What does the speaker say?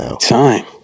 time